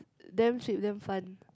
damn cheap damn fun